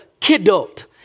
kidult